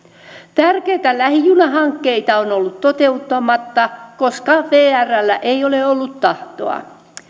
tärkeitä lähijunahankkeita on ollut toteuttamatta koska vrllä ei ole ollut tahtoa